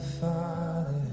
father